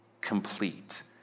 complete